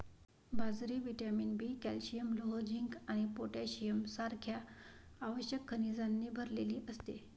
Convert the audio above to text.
बाजरी vitamin B, calcium, लोह, zinc आणि पोटॅशियम सारख्या आवश्यक खनिजांनी भरलेली असते